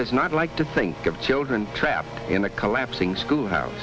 does not like to think of children trapped in a collapsing school house